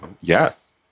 Yes